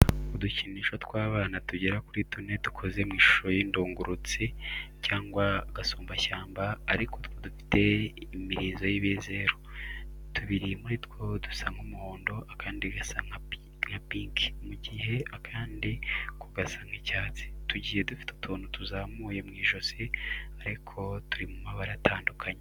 Udukinisho tw'abana tugera kuri tune dukoze mu ishusho y'indungurutsi cyangwa agasumbashyamba ariko two dufite imirizo y'ibizeru. Tubiri muri two dusa nk'umuhondo, akandi gasa nka pinki, mu gihe akandi ko gasa nk'icyatsi. Tugiye dufite utuntu tuzamuye ku ijosi ariko turi mu mabara atandukanye.